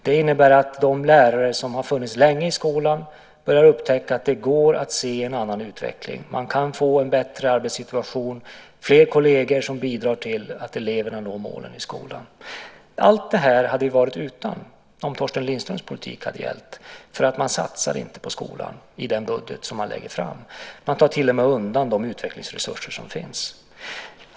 Det innebär att de lärare som har funnits länge i skolan börjar upptäcka att det går att se en annan utveckling. Man kan få en bättre arbetssituation och fler kolleger som bidrar till att eleverna når målen i skolan. Allt det här hade vi varit utan om Torsten Lindströms politik hade gällt, för man satsar inte på skolan i den budget som man lägger fram. Man tar till och med undan de utvecklingsresurser som finns.